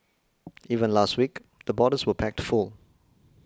even last week the borders were packed full